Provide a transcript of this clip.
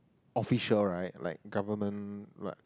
official right like government like